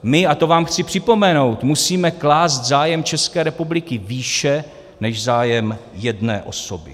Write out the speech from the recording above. Jenže my, a to vám chci připomenout, musíme klást zájem České republiky výše než zájem jedné osoby.